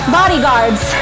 bodyguards